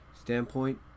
standpoint